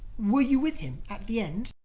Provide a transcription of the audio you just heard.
were you with him at the end?